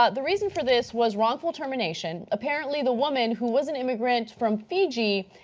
ah the reason for this was wrongful termination. apparently the woman, who was an immigrant from fiji,